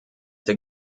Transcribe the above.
der